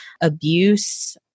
abuse